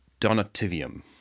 Donativium